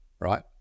right